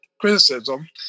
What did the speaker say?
criticism